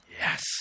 Yes